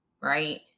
right